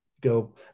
go